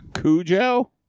Cujo